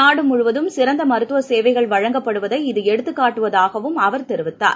நாடு முழுவதும் சிறந்த மருத்துவ சேவைகள் வழங்கப்படுவதை இது எடுத்துக் காட்டுவதாகவும் அவர் கூறினார்